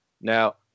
now